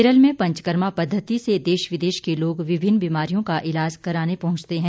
केरल में पंचकर्मा पद्धति से देश विदेश के लोग विभिन्न बीमारियों का इलाज कराने पहुंचते हैं